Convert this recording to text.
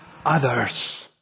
others